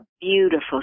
beautiful